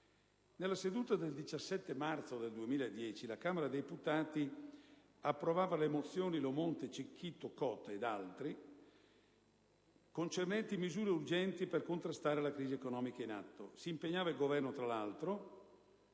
Nella seduta del 17 marzo 2010, la Camera dei deputati ha approvato le mozioni Lo Monte, Cicchitto, Cota ed altri concernenti misure urgenti per contrastare la crisi economica in atto. Si impegnava il Governo, tra l'altro,